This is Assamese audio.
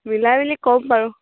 মিলাই মিলি ক'ম বাৰু